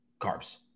Carbs